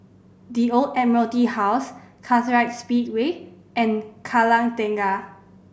The Old Admiralty House Kartright Speedway and Kallang Tengah